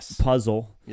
puzzle